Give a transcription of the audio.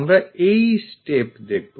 আমরা এই step দেখবো